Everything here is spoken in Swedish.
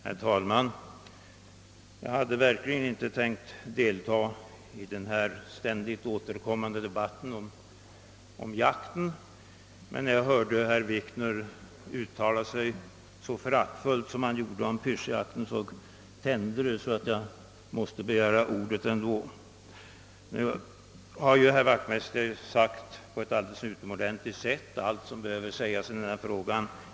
Herr talman! Jag hade verkligen inte tänkt deltaga i den här ständigt åter kommande debatten om jakten, men när jag hörde herr Wikner uttala sig så föraktfullt som han gjorde om pyrschjakten tände det så att jag måste begära ordet. Herr Wachtmeister har redan på ett alldeles utomordentligt sätt sagt allt vad som behöver sägas i denna fråga.